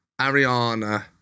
Ariana